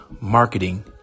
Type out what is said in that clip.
marketing